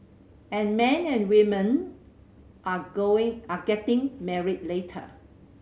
and men and women are going are getting married later